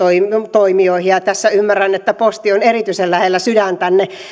toimijoihin ja ymmärrän että tässä posti on erityisen lähellä sydäntänne